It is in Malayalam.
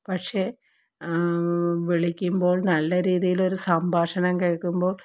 പക്ഷെ വിളിക്കുമ്പോൾ നല്ല രീതിയിൽ ഒരു സംഭാഷണം കേൾക്കുമ്പോൾ